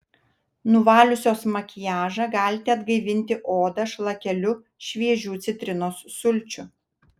nuvaliusios makiažą galite atgaivinti odą šlakeliu šviežių citrinos sulčių